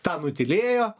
tą nutylėjo